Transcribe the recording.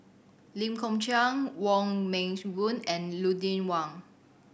Lee Kong Chian Wong Meng Voon and Lucien Wang